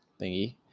thingy